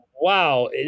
Wow